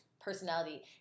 personality